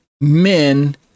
men